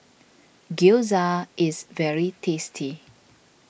Gyoza is very tasty